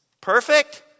Perfect